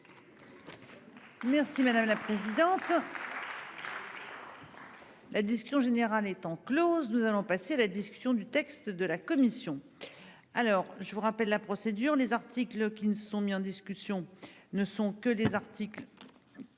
Merci madame la présidente. La discussion générale étant Close. Nous allons passer la discussion du texte de la commission. Alors je vous rappelle la procédure les articles qui ne sont mis en discussion ne sont que les articles.